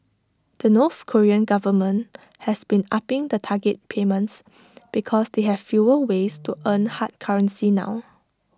the north Korean government has been upping the target payments because they have fewer ways to earn hard currency now